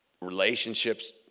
Relationships